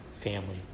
family